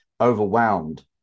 overwhelmed